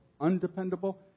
undependable